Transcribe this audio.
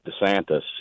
DeSantis